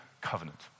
covenant